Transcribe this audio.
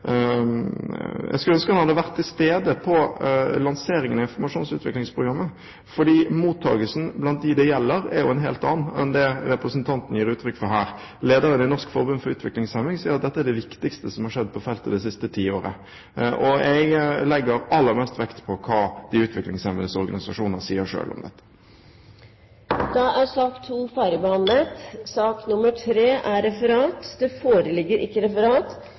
han hadde vært til stede på lanseringen av informasjons- og utviklingsprogrammet, fordi mottakelsen blant dem det gjelder, er en helt annen enn det representanten gir uttrykk for her. Lederen i Norsk Forbund for Utviklingshemmede sier at dette er det viktigste som har skjedd på feltet det siste tiåret. Og jeg legger aller mest vekt på hva de utviklingshemmedes organisasjoner sier selv om dette. Dermed er sak nr. 2 ferdigbehandlet. Det foreligger ikke noe referat. Dermed er dagens kart ferdigbehandlet. Det